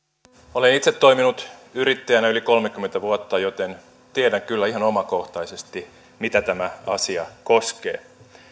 olen itse toiminut yrittäjänä yli kolmekymmentä vuotta joten tiedän kyllä ihan omakohtaisesti mitä tämä asia koskee